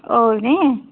ಓ ನೇ